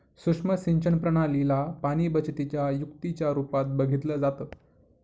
सुक्ष्म सिंचन प्रणाली ला पाणीबचतीच्या युक्तीच्या रूपात बघितलं जातं